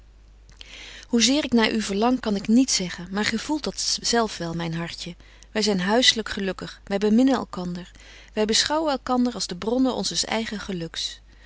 hoe zeer ik naar u verlang kan ik niet zegbetje wolff en aagje deken historie van mejuffrouw sara burgerhart gen maar gy voelt dat zelf wel myn hartje wy zyn huisselyk gelukkig wy beminnen elkander wy beschouwen elkander als de bronnen onzes eigen geluks